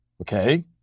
okay